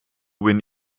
win